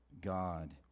God